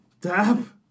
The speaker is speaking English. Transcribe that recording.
Dab